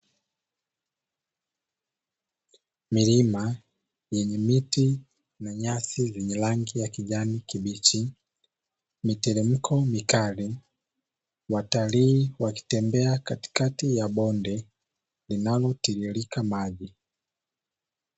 Milima yenye miti na nyasi zenye rangi ya kijani kibichi, miteremko mikali, watalii wakitembelea katikati ya bonde linalotiririka maji.